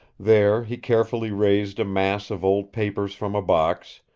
there he carefully raised a mass of old papers from a box,